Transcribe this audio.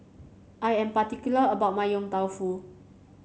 I am particular about my Yong Tau Foo